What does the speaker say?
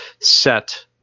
set